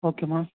ஓகேம்மா